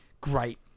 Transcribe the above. great